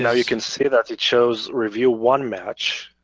yeah you can see that it shows review one match.